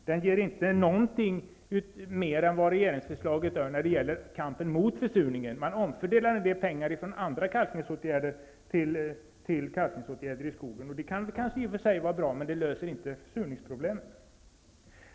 Den ger inte någonting mer än regeringsförslaget när det gäller kampen mot försurningen. Man vill omfördela pengar från andra kalkningsåtgärder till kalkningsåtgärder i skogen. Det kan i och för sig vara bra, men det löser inte försurningsproblemen.